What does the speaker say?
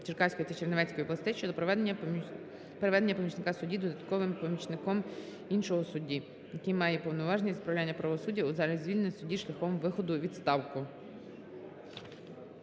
Черкаської та Чернівецької областей щодо переведення помічника судді додатковим помічником іншого судді, який має повноваження з відправлення правосуддя, у разі звільнення судді шляхом виходу у відставку.